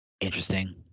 interesting